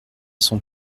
son